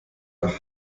nach